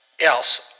else